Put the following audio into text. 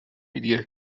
media